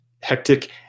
Hectic